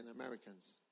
Americans